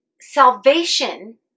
salvation